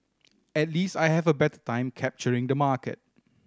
at least I have a better time capturing the market